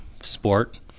sport